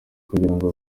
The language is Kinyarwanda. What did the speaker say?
kugirango